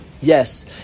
yes